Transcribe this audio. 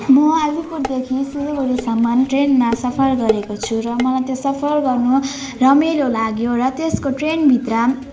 म आलिपुरदेखि सिलगुडीसम्मन ट्रेनमा सफर गरेको छु र मलाई सफर गर्नु रमाइलो लाग्यो र त्यससको ट्रेनभित्र